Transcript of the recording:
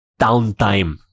downtime